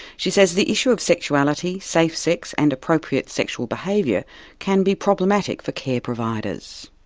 she says the issue of sexuality, safe sex, and appropriate sexual behaviour can be problematic for care providers.